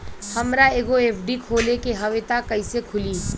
हमरा एगो एफ.डी खोले के हवे त कैसे खुली?